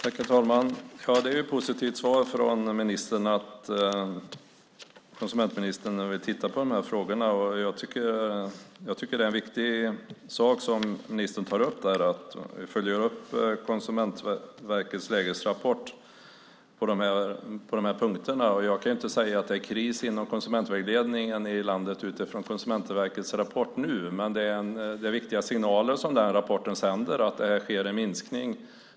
Herr talman! Det är ett positivt svar att konsumentministern vill titta närmare på de här frågorna. Jag tycker att det är en viktig sak som ministern tar upp, att hon vill följa upp Konsumentverkets lägesrapport på de här punkterna. Jag kan inte säga att det är kris inom konsumentvägledningen i landet utifrån Konsumentverkets rapport nu, men det är viktiga signaler som rapporten sänder, att det sker en minskning.